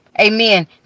amen